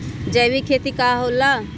जैविक खेती का होखे ला?